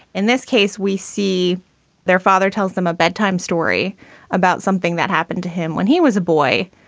in this case, we see their father tells them a bedtime story about something that happened to him when he was a boy,